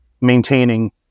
maintaining